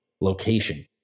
location